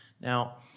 Now